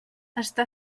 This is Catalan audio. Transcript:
està